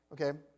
Okay